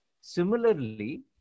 Similarly